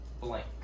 Blank